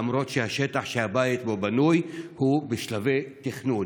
למרות שהשטח שהבית בנוי בו הוא בשלבי תכנון.